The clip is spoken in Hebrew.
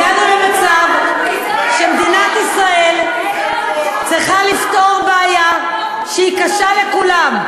הגענו למצב שמדינת ישראל צריכה לפתור בעיה שהיא קשה לכולם.